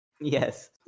Yes